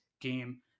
game